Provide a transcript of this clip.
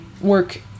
work